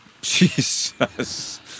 Jesus